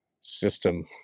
system